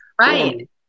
Right